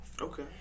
Okay